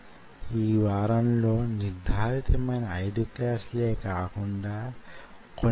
మరియు ఇక్కడ వున్న in vitro culture system micro cantilever system